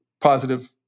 positive